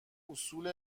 اصول